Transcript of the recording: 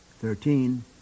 Thirteen